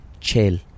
chill